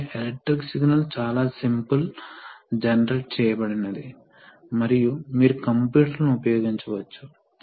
కాబట్టి retraction cycle చివరిలో pump నేరుగా ట్యాంకుకు వెంట్ అవ్వడానికి బదులుగా ట్యాంక్ నేరుగా వెంట్ అవుతుంది